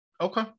Okay